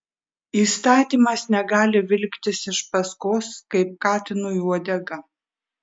įstatymas negali vilktis iš paskos kaip katinui uodega